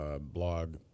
blog